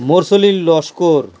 Morsalil Laskar